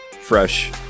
fresh